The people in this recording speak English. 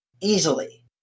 easily